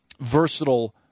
versatile